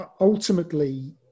ultimately